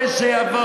שיושב בבית?